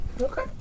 Okay